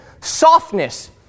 Softness